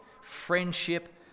friendship